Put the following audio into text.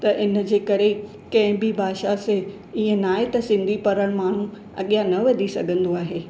त इनजे करे कंहिं बि भाषा से ईअं न आहे त सिंधी पढ़ण माण्हू अॻियां न वधी सघंदो आहे